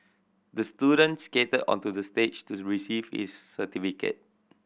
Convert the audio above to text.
the student skated onto the stage to the receive his certificate